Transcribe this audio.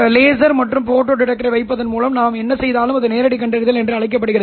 laser மற்றும் ஃபோடோடெக்டரை வைப்பதன் மூலம் நாம் என்ன செய்தாலும் அது நேரடி கண்டறிதல் என்று அழைக்கப்படுகிறது